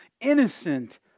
innocent